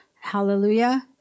Hallelujah